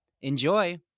Enjoy